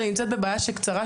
שאני נמצאת בבעיה של מתקנים.